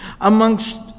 amongst